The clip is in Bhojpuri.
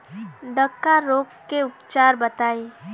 डकहा रोग के उपचार बताई?